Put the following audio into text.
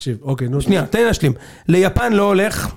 תקשיב, אוקיי, נו שנייה, תן לי להשלים, ליפן לא הולך.